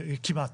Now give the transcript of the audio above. כמעט.